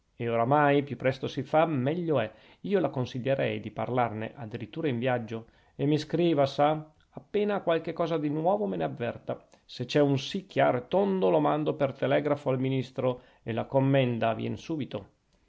e oramai più presto si fa meglio è io la consiglierei di parlarne a dirittura in viaggio e mi scriva sa appena ha qualche cosa di nuovo me ne avverta se c'è un sì chiaro e tondo lo mando per telegrafo al ministro e la commenda vien subito